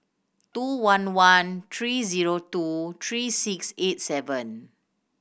two one one three zero two three six eight seven